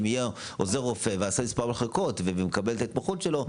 ויהיה בכמה מחלקות ויקבל את ההתמחות שלו,